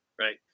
Right